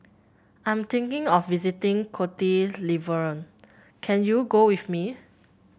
I'm thinking of visiting Cote d'Ivoire can you go with me